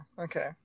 okay